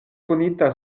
konita